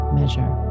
measure